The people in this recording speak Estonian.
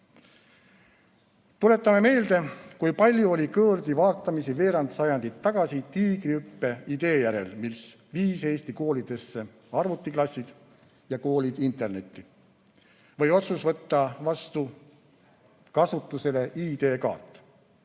Tuletame meelde, kui palju oli kõõrdivaatamist veerand sajandit tagasi Tiigrihüppe idee järel, mis viis Eesti koolidesse arvutiklassid ja koolid internetti. Või otsus võtta kasutusele ID-kaart.